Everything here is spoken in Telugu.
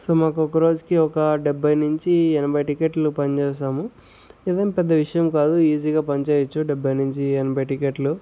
సో మాకు ఒక రోజుకి ఒక డెబ్భై నుంచి ఎనభై టికెట్లు పనిచేస్తాము ఇదేం పెద్ద విషయం కాదు ఈజీగా పని చేయొచ్చు డెబ్భై నుంచి ఎనభై టికెట్లు